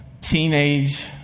teenage